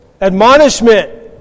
admonishment